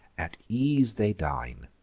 at ease they dine,